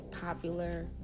popular